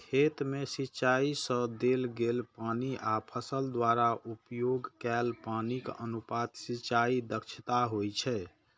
खेत मे सिंचाइ सं देल गेल पानि आ फसल द्वारा उपभोग कैल पानिक अनुपात सिंचाइ दक्षता होइ छै